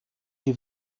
die